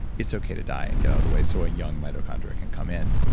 it's okay to die and get out of the way so a young mitochondria can come in.